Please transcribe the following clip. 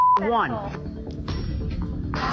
one